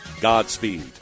Godspeed